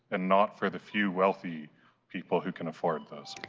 and not for the few wealthy people who can afford this.